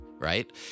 right